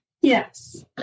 Yes